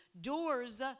doors